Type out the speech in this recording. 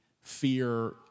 fear